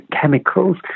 chemicals